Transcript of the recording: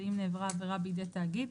ואם נעברה העבירה בידי תאגיד,